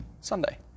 Sunday